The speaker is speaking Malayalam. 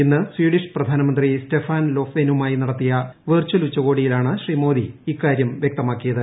ഇന്ന്സ്വീഡിഷ് പ്രധാനമന്ത്രി സ്റ്റെഫാൻ ലോഫ്വെന്റുമായി നടത്തിയ വെർച്ചൽ ഉച്ചകോടിയിലാണ് ശ്രീ മോദി ഇക്കാരും വ്യക്തമാക്കിയത്